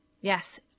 Yes